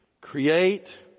create